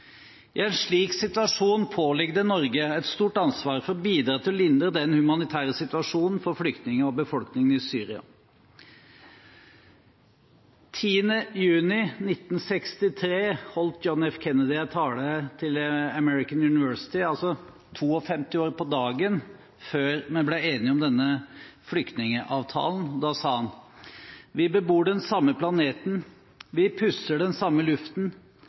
I en slik situasjon påligger det Norge et stort ansvar for å bidra til å lindre den humanitære situasjonen for flyktninger og for befolkningen i Syria. 10. juni 1963 holdt John F. Kennedy en tale til American University – på dagen 52 år før vi ble enige om flyktningeavtalen – der han sa: «vi bor alle på denne lille planeten. Vi puster inn den samme luften.